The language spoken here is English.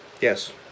Yes